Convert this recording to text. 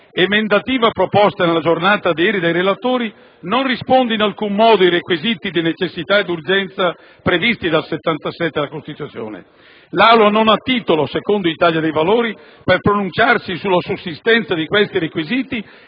modifica proposta nella giornata di ieri dai relatori non risponde in alcun modo ai requisiti di necessità e urgenza previsti dall'articolo 77 della Costituzione. L'Aula non ha titolo, ad avviso dell'Italia dei Valori, per pronunciarsi sulla sussistenza di tali requisiti